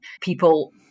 people